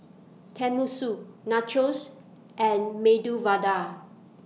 Tenmusu Nachos and Medu Vada